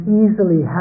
easily